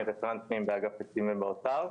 אני רפרנט פנים באגף תקציבים במשרד האוצר.